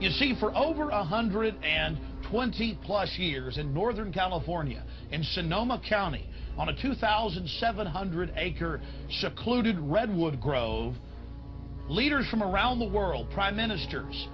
you see for over a hundred and twenty plus years in northern california and sonoma county on a two thousand seven hundred acre shut clude redwood grove leaders from around the world prime minister